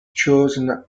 chosen